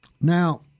Now